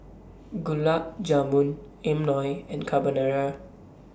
Gulab Jamun Imoni and Carbonara